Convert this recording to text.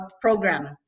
program